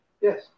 Yes